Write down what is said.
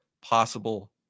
possible